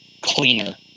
cleaner